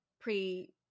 pre